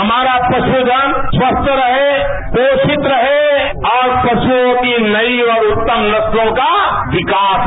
हमारा पशुचन स्वस्थ रहे पोषित रहे और पशुओं की नई और उत्तम नस्लों का विकास हो